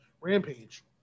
Rampage